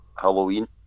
Halloween